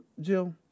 Jill